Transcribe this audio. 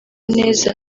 neza